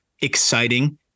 exciting